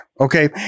Okay